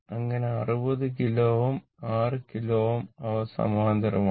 അങ്ങനെ 60 kilo Ω 6 kilo Ω അവ സമാന്തരമാണ്